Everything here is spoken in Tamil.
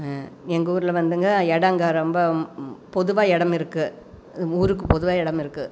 எங்கள் ஊரில் வந்துங்க இடங்க ரொம்ப பொதுவாக இடமிருக்கு ஊருக்கு பொதுவாக இடமிருக்கு